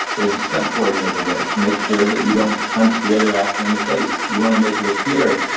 there's a stunt coordinator there to make sure that you don't punch the other actor in the face. you want to make it appear,